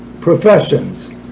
professions